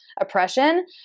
oppression